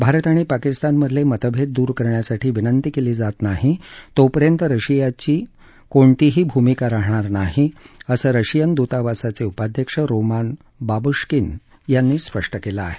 भारत आणि पाकिस्तानमधले मतभेद दूर करण्यासाठी विनंती केली जात नाही तोपर्यंत रशियाची यात कोणतीही भूमिका राहणार नाही असं रशियन दूतावासाचे उपाध्यक्ष रोमान बाबुश्किन यांनी स्पष्ट केलं आहे